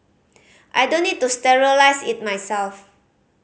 I don't need to sterilise it myself